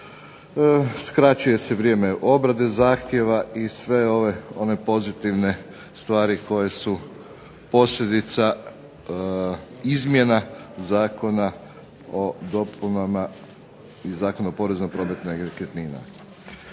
Skraćuje se vrijeme obrade zahtjeva i sve one pozitivne stvari koje su posljedica izmjena zakona o dopunama i Zakona o porezu na promet nekretnina.